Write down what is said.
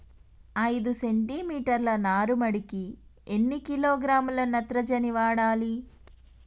ఐదు సెంటిమీటర్ల నారుమడికి ఎన్ని కిలోగ్రాముల నత్రజని వాడాలి?